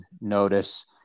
notice